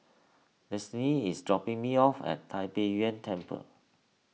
Destiney is dropping me off at Tai Pei Yuen Temple